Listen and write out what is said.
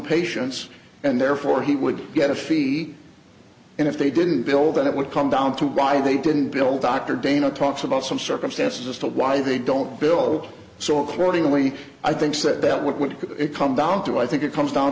patients and therefore he would get a fee and if they didn't bill that it would come down to why they didn't build dr dana talks about some circumstances as to why they don't bill so accordingly i think said that what would it come down to i think it comes down